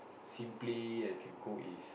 simply I can cook is